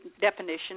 definition